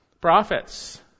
prophets